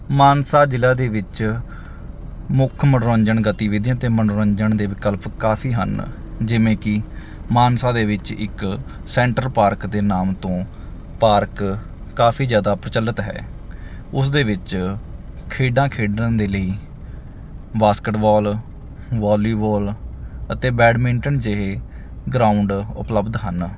ਮਾਨਸਾ ਜ਼ਿਲ੍ਹਾ ਦੇ ਵਿੱਚ ਮੁੱਖ ਮਨੋਰੰਜਨ ਗਤੀਵਿਧੀਆਂ ਅਤੇ ਮਨੋਰੰਜਨ ਦੇ ਵਿਕਲਪ ਕਾਫੀ ਹਨ ਜਿਵੇਂ ਕਿ ਮਾਨਸਾ ਦੇ ਵਿੱਚ ਇੱਕ ਸੈਂਟਰ ਪਾਰਕ ਦੇ ਨਾਮ ਤੋਂ ਪਾਰਕ ਕਾਫੀ ਜ਼ਿਆਦਾ ਪ੍ਰਚਲਿਤ ਹੈ ਉਸ ਦੇ ਵਿੱਚ ਖੇਡਾਂ ਖੇਡਣ ਦੇ ਲਈ ਬਾਸਕਿਟਵੋਲ ਵਾਲੀਬੋਲ ਅਤੇ ਬੈਡਮਿੰਟਨ ਜਿਹੇ ਗਰਾਊਂਡ ਉਪਲਬਧ ਹਨ